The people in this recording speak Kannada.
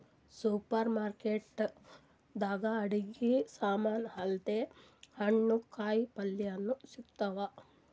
ಸೂಪರ್ ಮಾರ್ಕೆಟ್ ದಾಗ್ ಅಡಗಿ ಸಮಾನ್ ಅಲ್ದೆ ಹಣ್ಣ್ ಕಾಯಿಪಲ್ಯನು ಸಿಗ್ತಾವ್